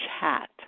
chat